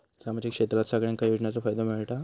सामाजिक क्षेत्रात सगल्यांका योजनाचो फायदो मेलता?